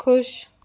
खुश